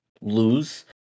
lose